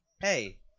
hey